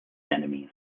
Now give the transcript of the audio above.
enemies